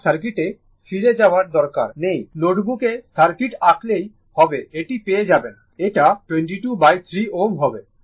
আমার সার্কিটে ফিরে যাওয়ার দরকার নেই নোটবুকে সার্কিট আঁকলেই হবে এটি পেয়ে যাবেন এটা 223 Ω হবে